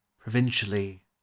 Provincially